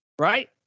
Right